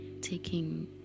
taking